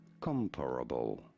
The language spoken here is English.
Comparable